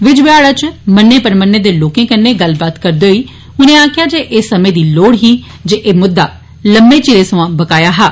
विजयवाड़ा च मन्ने परमन्ने दे लोकें कन्ने गल्लबात करदे होई उनें आक्खेआ जे एह समें दी लोड़ ही ते एह मुद्दा लम्मे चिरें समां बकाया हा